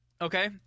okay